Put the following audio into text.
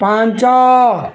ପାଞ୍ଚ